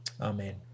Amen